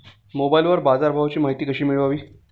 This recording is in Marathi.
मोबाइलवर बाजारभावाची माहिती कशी मिळवावी?